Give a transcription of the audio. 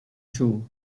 too